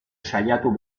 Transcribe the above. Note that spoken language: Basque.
saiatu